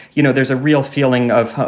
you know, there's a real feeling of,